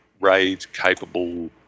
raid-capable